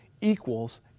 equals